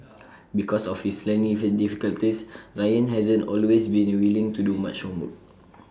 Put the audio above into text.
because of his learning difficulties Ryan hasn't always been willing to do much homework